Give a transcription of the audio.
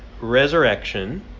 resurrection